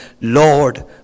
Lord